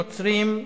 נוצרים,